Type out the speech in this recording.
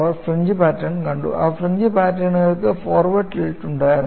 അവർ fringe pattern കണ്ടു ആ fringe പാറ്റേണുകൾക്ക് ഫോർവേഡ് ടിൽറ്റ് ഉണ്ടായിരുന്നു